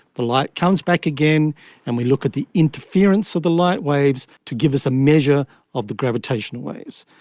the light comes back again and we look at the interference of the light waves to give us a measure of the gravitational waves.